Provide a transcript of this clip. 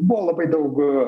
buvo labai daug